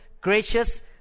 gracious